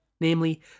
namely